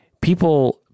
People